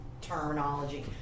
terminology